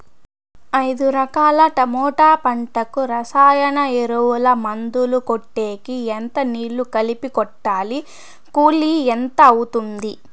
ఐదు ఎకరాల టమోటా పంటకు రసాయన ఎరువుల, మందులు కొట్టేకి ఎంత నీళ్లు కలిపి కొట్టాలి? కూలీ ఎంత అవుతుంది?